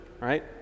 right